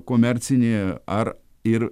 komercinį ar ir